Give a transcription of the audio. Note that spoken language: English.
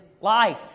life